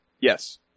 Yes